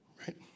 Right